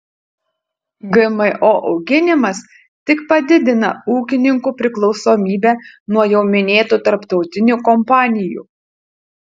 gmo auginimas tik padidina ūkininkų priklausomybę nuo jau minėtų tarptautinių kompanijų